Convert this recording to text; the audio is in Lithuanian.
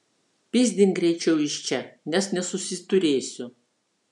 pyzdink greičiau iš čia nes nesusiturėsiu